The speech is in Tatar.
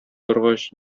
баргач